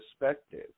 perspective